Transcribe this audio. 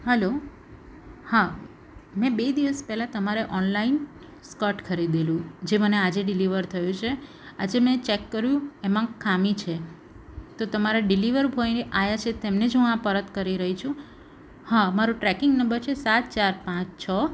hello હા મેં બે દિવસ પહેલાં તમારા ઓનલાઇન સ્કટ ખરીદેલું જે મને આજે ડિલિવર થયું છે આજે મેં ચેક કર્યું એમાં ખામી છે તો તમારા ડિલિવર બોય આવ્યા છે તેમને જ હું આ પરત કરી રહી છું હા મારો ટ્રેકિંગ નંબર છે સાત ચાર પાંચ છ